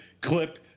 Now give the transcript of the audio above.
clip –